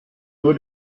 nur